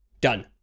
Done